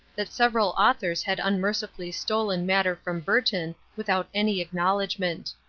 that several authors had unmercifully stolen matter from burton without any acknowledgment.